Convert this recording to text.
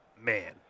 man